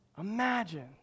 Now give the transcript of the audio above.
imagine